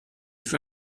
für